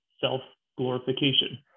self-glorification